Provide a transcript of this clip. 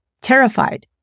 terrified